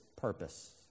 purpose